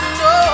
no